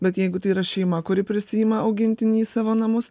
bet jeigu tai yra šeima kuri prisiima augintinį į savo namus